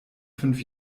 fünf